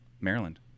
Maryland